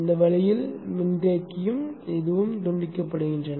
இந்த வழியில் மின்தேக்கியும் இதுவும் துண்டிக்கப்படுகின்றன